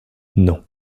non